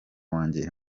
wanjye